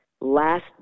last